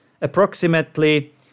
approximately